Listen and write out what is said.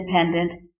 Independent